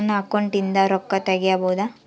ನನ್ನ ಅಕೌಂಟಿಂದ ರೊಕ್ಕ ತಗಿಬಹುದಾ?